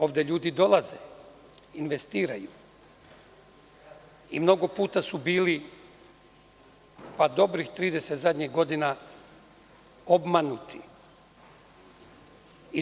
Ovde ljudi dolaze, investiraju i mnogo puta su bili, pa dobrih zadnjih 30 godina, obmanuti.